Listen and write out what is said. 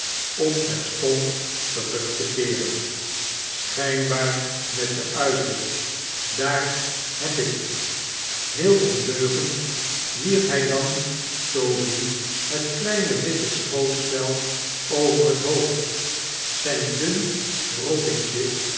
om terstond terug te keeren schijnbaar met den uitroep daar heb ik je heel ondeugend wierp hij dan toby het kleine witte schootsvel over het hoof d zijn dun